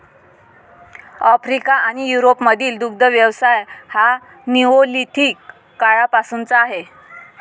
Africa आणि युरोपमधील दुग्ध व्यवसाय हा निओलिथिक काळापासूनचा आहे